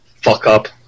fuck-up